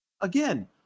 Again